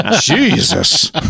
Jesus